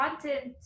content